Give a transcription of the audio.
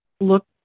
look